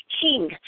King